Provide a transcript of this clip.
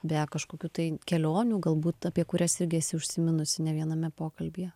be kažkokių tai kelionių galbūt apie kurias irgi esi užsiminusi ne viename pokalbyje